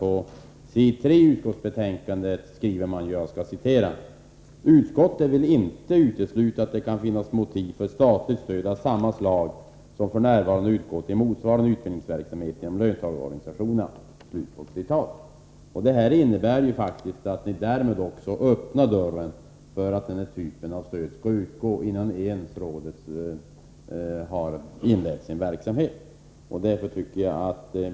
På s. 3 i betänkandet skriver man nämligen: ”Utskottet vill inte utesluta att det kan finnas motiv för statligt stöd av samma slag som f.n. utgår till motsvarande utbildningsverksamhet inom löntagarorganisationerna.” Det innebär ju faktiskt att ni öppnar dörren för att den typen av stöd skall utgå innan rådet ens har börjat sin verksamhet.